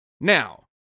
Now